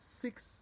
six